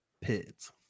pits